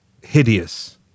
Hideous